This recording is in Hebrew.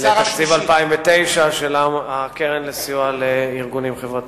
לתקציב 2009 של הקרן לסיוע לארגונים חברתיים.